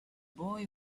boy